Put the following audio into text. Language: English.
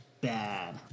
bad